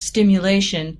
stimulation